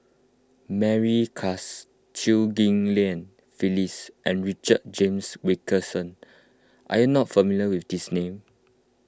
Mary Klass Chew Ghim Lian Phyllis and Richard James Wilkinson are you not familiar with these names